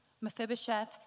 Mephibosheth